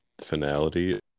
finality